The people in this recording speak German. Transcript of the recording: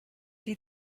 die